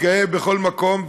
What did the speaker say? מתגאה בכל מקום,